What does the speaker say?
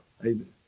Amen